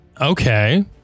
Okay